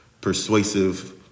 persuasive